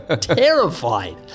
terrified